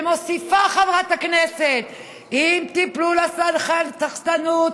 ומוסיפה חברת הכנסת: אם תיפלו לסחטנות,